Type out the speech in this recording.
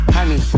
Honey